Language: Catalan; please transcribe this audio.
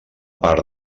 part